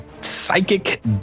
psychic